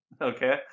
Okay